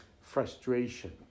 frustration